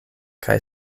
kaj